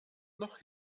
noch